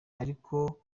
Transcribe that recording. ariko